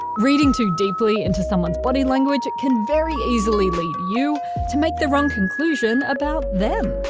reading too deeply into someone's body language can very easily lead you to make the wrong conclusion about them.